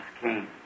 Came